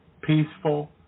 Peaceful